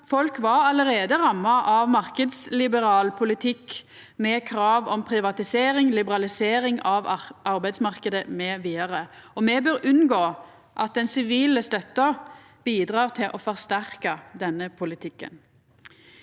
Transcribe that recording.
var allereie ramma av marknadsliberal politikk med krav om privatisering, liberalisering av arbeidsmarknaden, mv., og me bør unngå at den sivile støtta bidrar til å forsterka denne politikken.